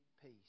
peace